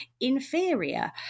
inferior